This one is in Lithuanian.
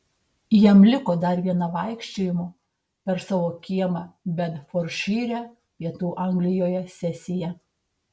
jam liko dar viena vaikščiojimo per savo kiemą bedfordšyre pietų anglijoje sesija